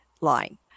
line